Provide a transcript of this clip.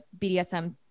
BDSM